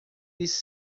eles